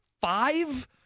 five